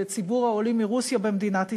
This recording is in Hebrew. ציבור העולים מרוסיה במדינת ישראל.